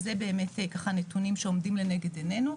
זה הנתונים שעומדים לנגד עינינו.